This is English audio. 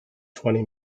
twenty